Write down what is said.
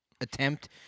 attempt